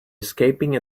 escaping